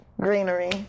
greenery